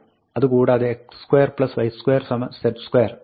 അതുകൂടാതെ x2 y2 z2 ആണ്